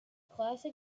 classic